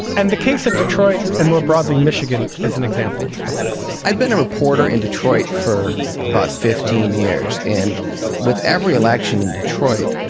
and the case of detroit and more broadly, michigan is an example of this i've been a reporter in detroit for about fifteen years. and with every election in detroit,